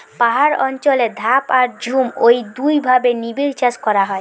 পাহাড় অঞ্চলে ধাপ আর ঝুম ঔ দুইভাবে নিবিড়চাষ করা হয়